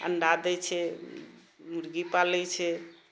अण्डा दैत छै मुर्गी पालैत छै